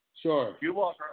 Sure